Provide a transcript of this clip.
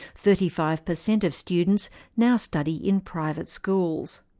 thirty-five percent of students now study in private schools.